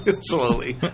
Slowly